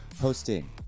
hosting